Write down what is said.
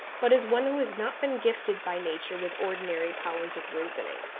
but as one who has not been gifted by nature with ordinary powers of reasoning.